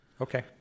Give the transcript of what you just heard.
Okay